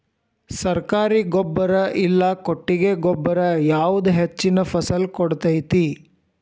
ಸರ್ಕಾರಿ ಗೊಬ್ಬರ ಇಲ್ಲಾ ಕೊಟ್ಟಿಗೆ ಗೊಬ್ಬರ ಯಾವುದು ಹೆಚ್ಚಿನ ಫಸಲ್ ಕೊಡತೈತಿ?